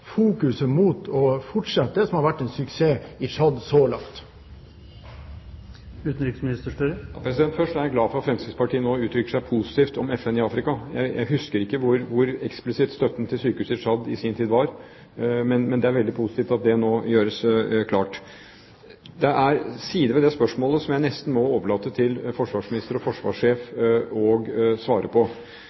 å fortsette det som har vært en suksess i Tsjad så langt. Først: Jeg er glad for at Fremskrittspartiet nå uttrykker seg positivt om FN i Afrika. Jeg husker ikke hvor eksplisitt støtten til sykehuset i Tsjad i sin tid var, men det er veldig positivt at det nå gjøres klart. Det er sider ved det spørsmålet som jeg nesten må overlate til forsvarsministeren og forsvarssjefen å svare på.